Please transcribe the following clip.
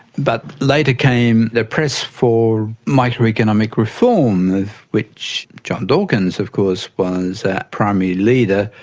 but later came the press for microeconomic reform which john dawkins of course was a primary leader,